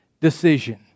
Decision